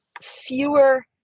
fewer